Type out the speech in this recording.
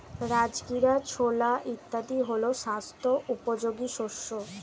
রাজগীরা, ছোলা ইত্যাদি হল স্বাস্থ্য উপযোগী শস্য